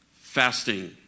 Fasting